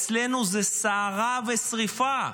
אצלנו זה סערה ושריפה.